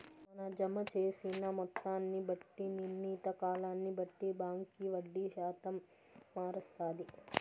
మన జమ జేసిన మొత్తాన్ని బట్టి, నిర్ణీత కాలాన్ని బట్టి బాంకీ వడ్డీ శాతం మారస్తాది